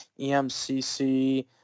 EMCC